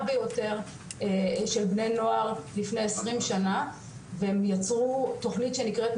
ביותר של בני נוער לפני 20 שנה והם יצרו תוכנית שנקראת: